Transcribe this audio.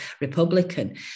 Republican